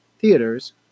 theaters